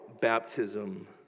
baptism